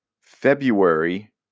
February